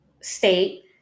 state